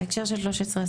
בהקשר של 1325,